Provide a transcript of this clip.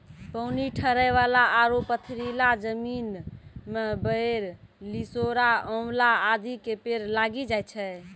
पानी ठहरै वाला आरो पथरीला जमीन मॅ बेर, लिसोड़ा, आंवला आदि के पेड़ लागी जाय छै